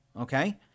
Okay